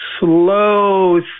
slow